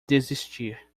desistir